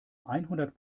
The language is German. einhundert